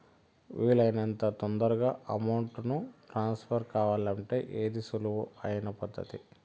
వీలు అయినంత తొందరగా అమౌంట్ ను ట్రాన్స్ఫర్ కావాలంటే ఏది సులువు అయిన పద్దతి